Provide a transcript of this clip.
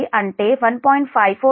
54 cos 0